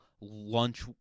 lunch